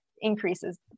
increases